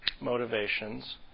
motivations